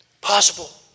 Possible